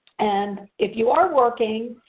and, if you are working,